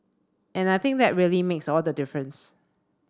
and I think that really makes all the difference